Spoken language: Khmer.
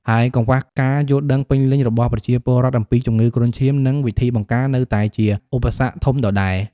ហើយកង្វះការយល់ដឹងពេញលេញ របស់ប្រជាពលរដ្ឋអំពីជំងឺគ្រុនឈាម និងវិធីបង្ការនៅតែជាឧបសគ្គធំដដែល។